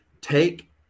take